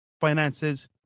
finances